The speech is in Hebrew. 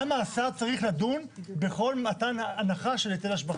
למה השר צריך לדון בכל מתן ההנחה של היטל השבחה?